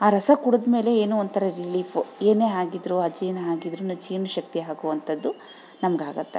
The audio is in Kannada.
ಆ ರಸ ಕುಡಿದ್ಮೇಲೆ ಏನೋ ಒಂಥರ ರಿಲೀಫು ಏನೇ ಆಗಿದ್ರೂ ಅಜೀರ್ಣ ಆಗಿದ್ರುನು ಜೀರ್ಣಶಕ್ತಿ ಆಗುವಂಥದ್ದು ನಮಗಾಗತ್ತೆ